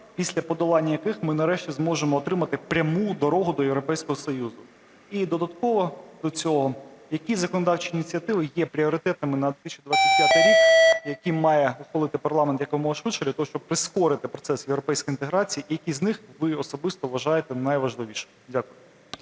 після подолання яких ми нарешті зможемо отримати пряму дорогу до Європейського Союзу? І додатково до цього. Які законодавчі ініціативи є пріоритетними на 2025 рік, які має ухвалити парламент якомога швидше, для того щоб прискорити процес європейської інтеграції? І які з них ви особисто вважаєте найважливішими? Дякую.